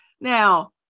Now